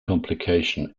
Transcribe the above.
complication